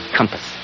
Compass